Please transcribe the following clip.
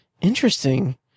interesting